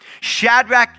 Shadrach